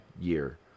year